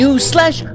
slash